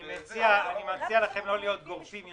אני מציע לכם לא להיות גורפים.